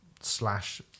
Slash